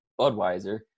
Budweiser